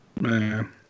Man